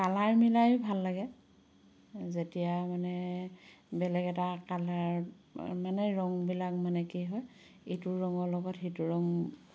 colour মিলাইয়ো ভাল লাগে যেতিয়া মানে বেলেগ এটা কালাৰ মানে ৰং বিলাক মানে কি হয় এইটো ৰঙৰ লগত সেইটো ৰং